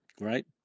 right